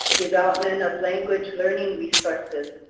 development of language learning resources.